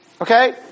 Okay